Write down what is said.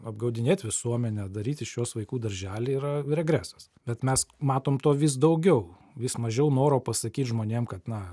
apgaudinėt visuomenę daryt iš jos vaikų darželį yra regresas bet mes matom to vis daugiau vis mažiau noro pasakyt žmonėm kad na